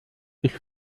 ich